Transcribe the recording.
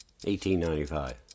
1895